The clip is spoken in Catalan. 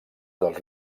dels